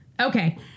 Okay